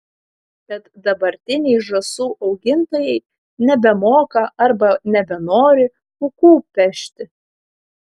bet dabartiniai žąsų augintojai nebemoka arba nebenori pūkų pešti